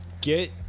get